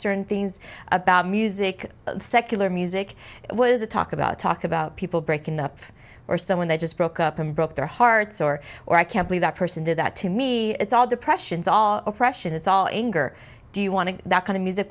certain things about music secular music was a talk about talk about people breaking up or someone they just broke up and broke their hearts or or i can't believe that person did that to me it's all depressions all oppression it's all anger do you want to that kind of music